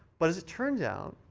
but as it turns out,